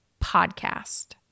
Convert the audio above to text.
podcast